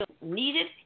needed